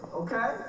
okay